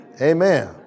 Amen